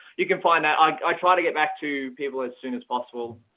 you can find that i try to get back to people as soon as possible.